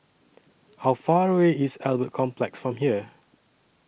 How Far away IS Albert Complex from here